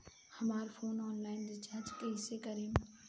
हमार phone online recharge कईसे करेम?